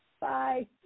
Bye